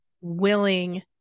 willing